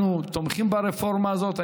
אנחנו תומכים ברפורמה הזאת,